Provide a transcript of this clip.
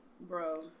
bro